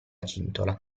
cintola